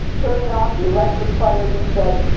turning off the electric fire he said,